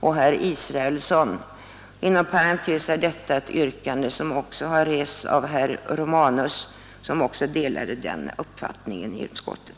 och herr Israelsson. Inom parentes sagt har samma yrkande som i reservationen rests också av herr Romanus, som delade reservanternas uppfattning i utskottet.